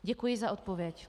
Děkuji za odpověď.